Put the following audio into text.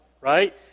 right